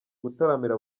gutaramira